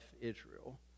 Israel